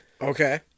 Okay